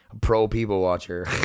Pro-people-watcher